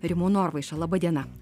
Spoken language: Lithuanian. rimu norvaiša laba diena